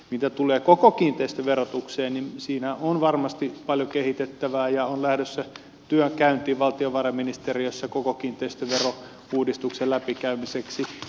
mitä tulee koko kiinteistöverotukseen niin siinä on varmasti paljon kehitettävää ja on lähdössä työ käyntiin valtiovarainministeriössä koko kiinteistöverouudistuksen läpikäymiseksi